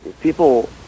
people